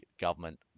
government